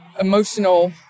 emotional